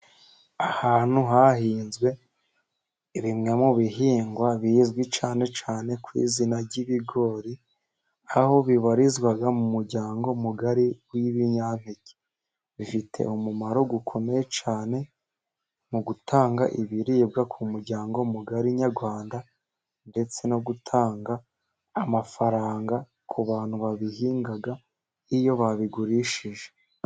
Ahantu hahinzwe bimwe mu bihingwa bizwi cyane cyane kw'izina ry'ibigori, aho bibarizwa mu muryango mugari w'ibinyampeke, bifite umumaro ukomeye cyane mu gutanga ibiribwa ku muryango mugari nyarwanda ndetse no gutanga amafaranga ku bantu babihinga iyo babigurishije.